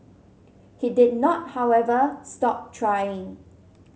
he did not however stop trying